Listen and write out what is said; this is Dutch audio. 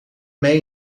mee